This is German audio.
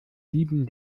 dieben